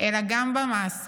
אלא גם במעשים.